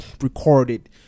recorded